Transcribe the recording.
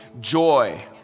Joy